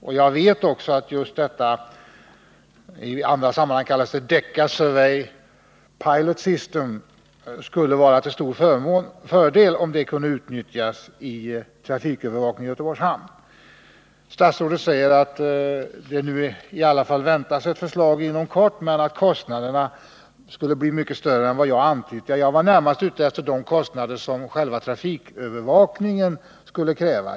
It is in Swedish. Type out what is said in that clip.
Och jag vet att just detta system skulle vara till stor fördel, om det kunde utnyttjas vid trafikövervakningen i Göteborgs hamn. Statsrådet säger nu att det inom kort väntas ett förslag för att förbättra trafiksäkerheten i farlederna till Göteborg men att kostnaderna skulle bli mycket större än vad jag har antytt. Jag var närmast ute efter de kostnader som själva trafikövervakningen skulle kräva.